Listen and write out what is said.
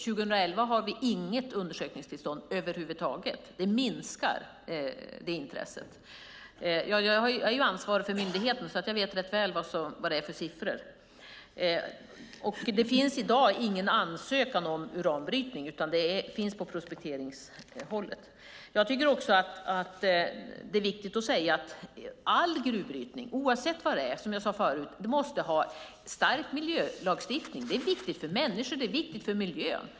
År 2011 har vi inget undersökningstillstånd över huvud taget. Intresset minskar. Jag är ansvarig för myndigheten, så jag vet rätt väl vad det är för siffror. Det finns i dag ingen ansökan om uranbrytning, utan det finns på prospekteringshållet. All gruvbrytning, oavsett vad det är, måste styras av stark miljölagstiftning, som jag sade förut. Det är viktigt för människor och miljön.